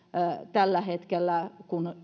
tällä hetkellä